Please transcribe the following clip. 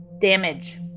damage